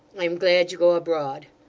i am glad you go abroad.